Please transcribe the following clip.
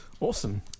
Awesome